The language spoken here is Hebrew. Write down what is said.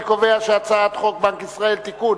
אני קובע שהצעת חוק בנק ישראל (תיקון,